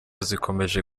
zikomeje